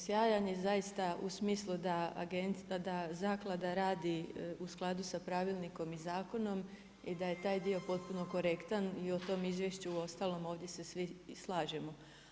Sjajan je zaista u smislu da Zaklada radi u skladu sa pravilnikom i zakonom i da je taj dio potpuno korektan i o tom izvješću ostalom ovdje se svi slažemo.